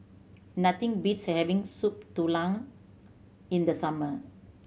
nothing beats having Soup Tulang in the summer